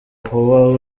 kuba